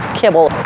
kibble